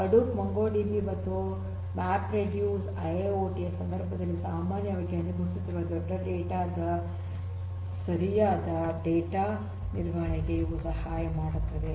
Hadoop MongoDB ಮತ್ತು MapReduce IIOT ಯ ಸಂದರ್ಭದಲ್ಲಿ ಸಾಮಾನ್ಯವಾಗಿ ಅನುಭವಿಸುತ್ತಿರುವ ಬಿಗ್ ಡೇಟಾದ ಸರಿಯಾದ ಡೇಟಾ ನಿರ್ವಹಣೆಗೆ ಇವು ಸಹಾಯ ಮಾಡುತ್ತದೆ